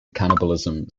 cannibalism